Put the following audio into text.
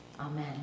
Amen